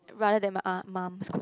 rather than my uh mum's cook